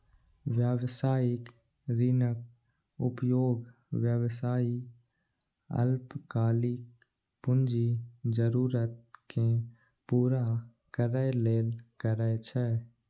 व्यावसायिक ऋणक उपयोग व्यवसायी अल्पकालिक पूंजी जरूरत कें पूरा करै लेल करै छै